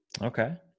Okay